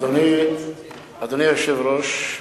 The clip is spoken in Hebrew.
אדוני היושב-ראש,